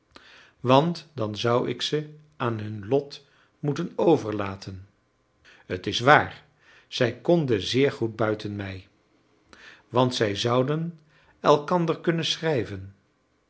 want dan zou ik ze aan hun lot moeten overlaten t is waar zij konden zeer goed buiten mij want zij zouden elkander kunnen schrijven